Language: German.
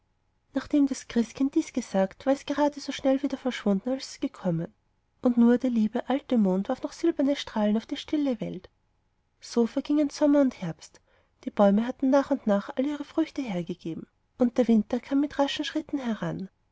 nachdem das christkind dies gesagt war es geradeso schnell wieder verschwunden als es gekommen und nur der liebe alte mond warf noch silberne strahlen auf die stille welt so vergingen sommer und herbst die bäume hatten nach und nach alle ihre früchte hergegeben und der winter kam mit raschen schritten heran